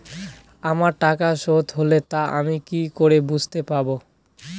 আমার টাকা শোধ হলে তা আমি কি করে বুঝতে পা?